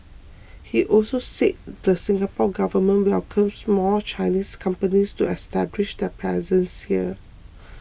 he also said the Singapore Government welcomes more Chinese companies to establish their presence here